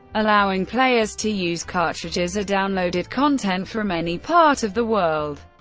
allowing players to use cartridges or downloaded content from any part of the world,